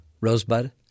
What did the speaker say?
Rosebud